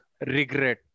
regret